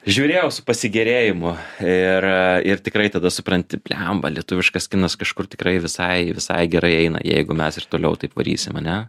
žiūrėjau su pasigėrėjimu ir ir tikrai tada supranti bliamba lietuviškas kinas kažkur tikrai visai visai gerai eina jeigu mes ir toliau taip varysim ane